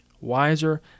wiser